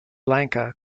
lanka